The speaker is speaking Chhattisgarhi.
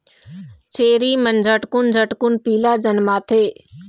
छेरी मन झटकुन झटकुन पीला जनमाथे